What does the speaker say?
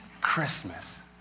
Christmas